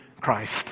Christ